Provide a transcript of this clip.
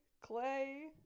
clay